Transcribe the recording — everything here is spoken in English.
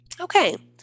Okay